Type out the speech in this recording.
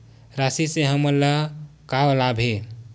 राशि से हमन ला का लाभ हे?